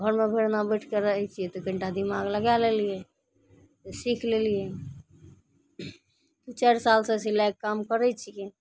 घरमे भरि दिना बैठके रहय छियै तऽ कनिटा दिमाग लगाय ललियै सीख लेलियै दू चारि सालसँ सिलाइके काम करय छियै